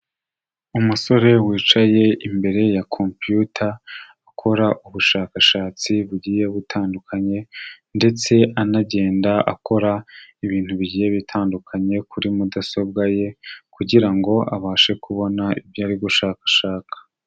Umusore wicaye imbere ya kompiyuta akora ubushakashatsi bugiye butandukanye ndetse anagenda akora ibintu bigiye bitandukanye kuri mudasobwa ye, kugira ngo abashe kubona ibyo ari gushakashaka.